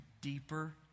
deeper